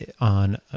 on